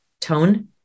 tone